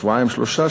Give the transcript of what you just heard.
שבועיים-שלושה,